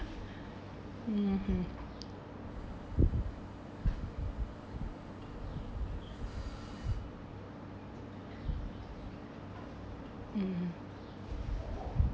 mmhmm (uh huh)